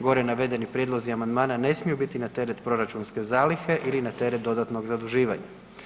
Gore navedeni prijedlozi amandmana ne smiju biti na teret proračunske zalihe ili na teret dodatnog zaduživanja.